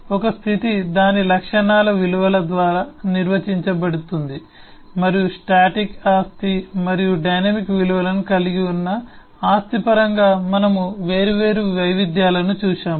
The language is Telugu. ఒక స్థితి దాని లక్షణాల విలువల ద్వారా నిర్వచించబడుతుంది మరియు స్టాటిక్ ఆస్తి మరియు డైనమిక్ విలువలను కలిగి ఉన్న ఆస్తి పరంగా మనము వేర్వేరు వైవిధ్యాలను చూశాము